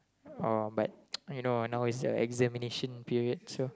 um but now is the examination period so